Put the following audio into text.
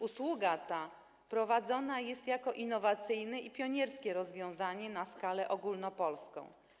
Usługa ta prowadzona jest jako innowacyjne i pionierskie rozwiązanie na skalę ogólnopolską.